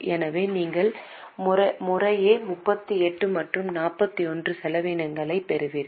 எனவே நீங்கள் முறையே 38 மற்றும் 41 செலவினங்களைப் பெறுவீர்கள்